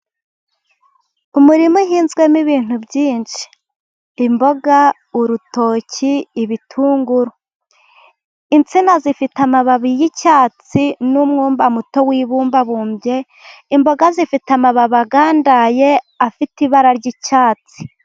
Umurima uhinzwemo ibintu byinshi: imboga, urutoki, ibitunguru, insina zifite amababi y'icyatsi n'umwumba muto wibumbabumbye, imboga zifite amababi agandaye afite ibara ry'icyatsi.